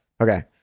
Okay